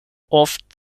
oft